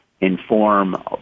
inform